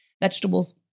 vegetables